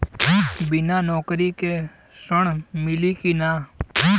बिना नौकरी के ऋण मिली कि ना?